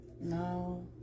No